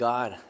God